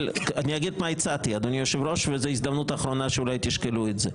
אני אגיד מה הצעתי וזאת הזדמנות אחרונה שאולי תשקלו את הצעתי.